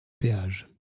péage